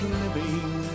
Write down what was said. living